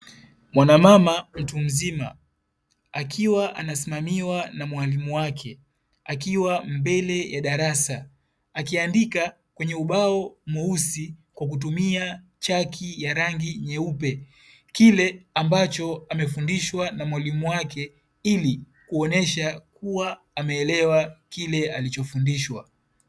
Mwanamama mtu mzima akiwa anasimamiwa na mwalimu wake, akiwa mbele ya darasa akiandika kwenye ubao mweusi kwa kutumia chaki ya rangi nyeupe, kile ambacho amefundishwa na mwalimu wake ili kuonesha kuwa ameelewa kile alichofundishwa.